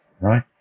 right